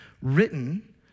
written